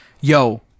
Yo